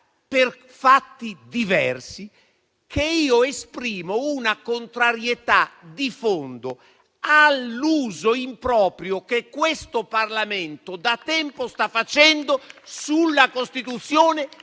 per fatti diversi, che io esprimo una contrarietà di fondo all'uso improprio che questo Parlamento da tempo sta facendo sulla costituzione